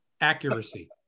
accuracy